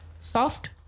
Soft